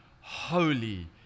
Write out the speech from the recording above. holy